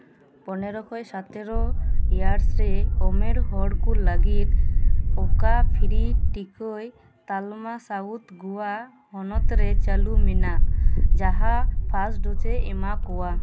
ᱯᱚᱱᱮᱨᱳ ᱠᱷᱚᱱ ᱥᱚᱛᱮᱨᱳ ᱮᱭᱟᱨᱥ ᱨᱮ ᱩᱢᱮᱨ ᱦᱚᱲ ᱠᱚ ᱞᱟᱹᱜᱤᱫ ᱚᱠᱟ ᱯᱷᱤᱨᱤ ᱴᱤᱠᱟᱹ ᱛᱟᱞᱢᱟ ᱥᱟᱣᱩᱛᱷ ᱜᱳᱣᱟ ᱦᱚᱱᱚᱛ ᱨᱮ ᱪᱟᱹᱞᱩ ᱢᱮᱱᱟᱜ ᱡᱟᱸᱦᱟ ᱯᱷᱟᱥᱴ ᱰᱳᱡᱮ ᱮᱢᱟ ᱠᱚᱣᱟ